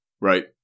Right